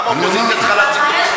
למה האופוזיציה צריכה להציג,